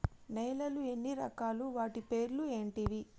నేలలు ఎన్ని రకాలు? వాటి పేర్లు ఏంటివి?